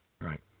Right